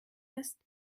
ist